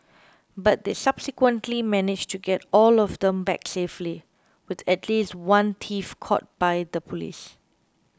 but they subsequently managed to get all of them back safely with at least one thief caught by the police